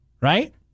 right